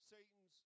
Satan's